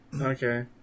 Okay